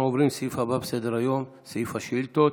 אנחנו עוברים לסעיף הבא בסדר-היום, סעיף השאילתות.